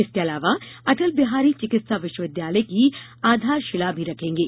इसके अलावा अटल बिहारी चिकित्सा विश्वविद्यालय की आधारशिला भी रखेंगे